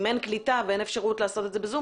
אם אין קליטה ואין אפשרות לעשות את זה בזום